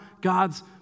God's